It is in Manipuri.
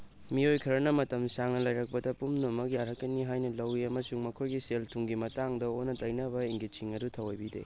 ꯃꯤꯑꯣꯏ ꯈꯔꯅ ꯃꯇꯝ ꯁꯥꯡꯅ ꯂꯩꯔꯛꯄꯗ ꯄꯨꯝꯅꯃꯛ ꯌꯥꯔꯛꯀꯅꯤ ꯍꯥꯏꯅ ꯂꯧꯋꯤ ꯑꯃꯁꯨꯡ ꯃꯈꯣꯏꯒꯤ ꯁꯦꯜ ꯊꯨꯝꯒꯤ ꯃꯇꯥꯡꯗ ꯑꯣꯟꯅ ꯇꯩꯅꯕ ꯏꯪꯒꯤꯠꯁꯤꯡ ꯑꯗꯨ ꯊꯑꯣꯏꯕꯤꯗꯦ